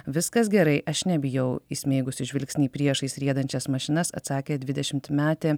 viskas gerai aš nebijau įsmeigusi žvilgsnį į priešais riedančias mašinas atsakė dvidešimtmetė